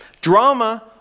Drama